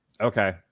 Okay